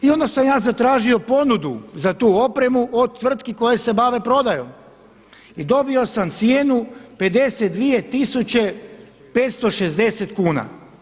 I onda sam ja zatražio ponudu za tu opremu od tvrtki koje se bave prodajom i dobio sam cijenu 52 tisuće 560 kuna.